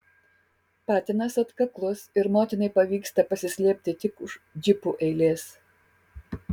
patinas atkaklus ir motinai pavyksta pasislėpti tik už džipų eilės